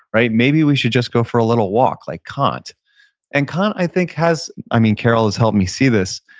right? maybe we should just go for a little walk, like kant and kant i think has, i mean, carol has helped me see this,